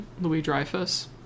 Louis-Dreyfus